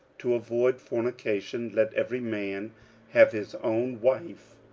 to avoid fornication, let every man have his own wife,